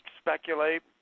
speculate